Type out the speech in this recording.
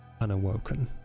unawoken